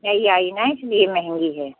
नई आई है ना इसलिए महँगी है